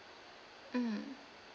mm